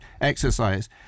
exercise